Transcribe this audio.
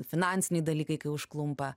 finansiniai dalykai kai užklumpa